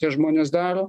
tie žmonės daro